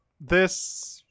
This-